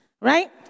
right